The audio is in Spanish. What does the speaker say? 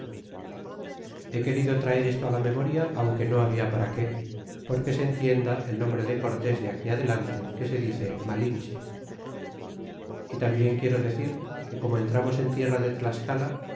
he querido traer esto la memoria aunque no habia para que porque se entienda el nombre de cortés de aquí adelante que se dice malinche y tambien quiero decir que como entramos en tierra de tlascala